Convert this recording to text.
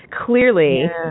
clearly